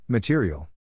Material